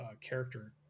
character